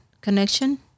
connection